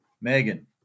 Megan